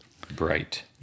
Bright